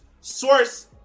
source